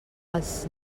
els